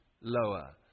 lower